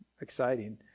exciting